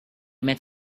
met